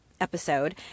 episode